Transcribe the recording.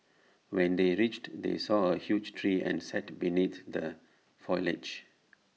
when they reached they saw A huge tree and sat beneath the foliage